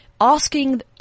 asking